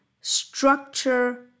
structure